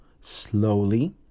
slowly